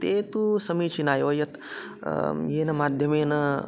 ते तु समीचीना एव यत् येन माध्यमेन